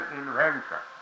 invention